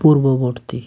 পূর্ববর্তী